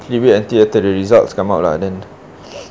we wait until the results come out lah and then